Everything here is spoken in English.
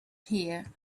here